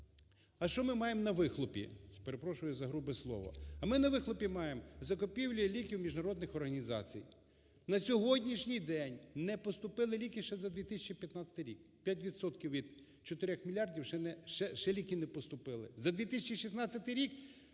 А що ми маємо на вихлопі? Перепрошую за грубе слово, а ми на вихлопі маємо закупівлю ліків в міжнародних організацій, на сьогоднішній день не поступили ліки ще за 2015 рік. П'ять відсотків від 4 мільярдів, ще ліки не поступили. За 2016 рік